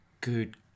good